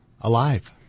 alive